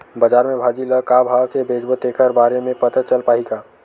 बजार में भाजी ल का भाव से बेचबो तेखर बारे में पता चल पाही का?